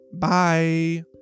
Bye